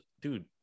dude